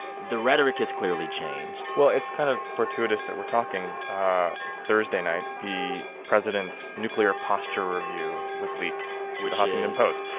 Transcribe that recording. the rhetoric has clearly changed well, it's kind of fortuitous that we're talking ah thursday night. the president's nuclear posture review was leaked to the huffington post